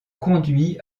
conduit